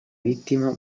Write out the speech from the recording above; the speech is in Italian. vittima